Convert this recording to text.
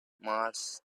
mars